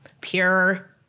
pure